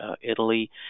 Italy